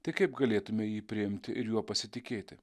tai kaip galėtume jį priimti ir juo pasitikėti